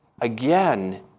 again